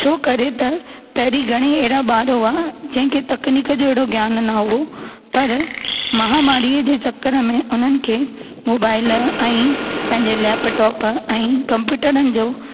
छो करे त पहिरीं घणेई अहिड़ा ॿार हुआ जंहिं खे तकनीक जो अहिड़ो ज्ञान न हो पर महामारीअ जे चकर में उन्हनि खे मोबाइल ऐं पंहिंजे लैपटॉप ऐं कंप्यूटरनि जो